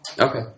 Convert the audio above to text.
Okay